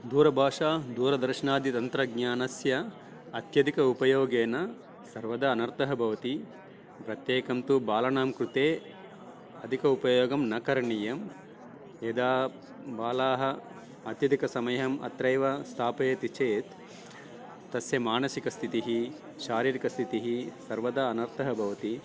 दूरभाषा दूरदर्शनादितन्त्रज्ञानस्य अत्यधिकेन उपयोगेन सर्वदा अनर्थः भवति प्रत्येकं तु बालानां कृते अधिकः उपयोगः न करणीयः यदा बालाः अत्यधिकसमयम् अत्रैव स्थापयन्ति चेत् तस्य मानसिकस्थितिः शारीरिकस्थितिः सर्वदा अनर्थः भवति